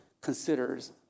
considers